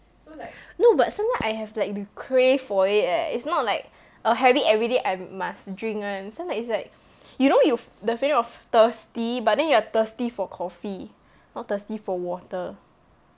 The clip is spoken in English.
no but sometimes I have to like to crave for it eh it's not like a habit everyday I must drink [one] sometimes it's like you know you f~ the feeling of thirsty but then you are thirsty for coffee not thirsty for water